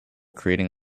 creating